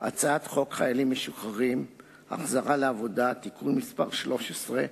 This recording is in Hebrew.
הצעת חוק חיילים משוחררים (החזרה לעבודה) (תיקון מס' 13),